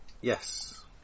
Yes